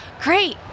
great